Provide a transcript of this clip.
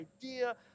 idea